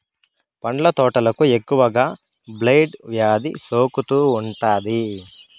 పండ్ల తోటలకు ఎక్కువగా బ్లైట్ వ్యాధి సోకుతూ ఉంటాది